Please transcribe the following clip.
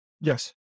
Yes